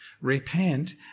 Repent